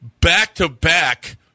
back-to-back